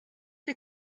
die